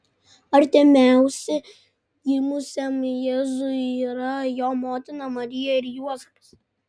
artimiausi gimusiam jėzui yra jo motina marija ir juozapas